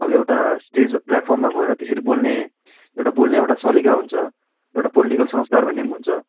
अब एउटा स्टज प्लेटफर्ममा गएर त्यसरी बोल्ने एउटा बोल्ने एउटा तरिका हुन्छ एउटा पोलिटिकल संस्कार भन्ने पनि हुन्छ